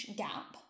gap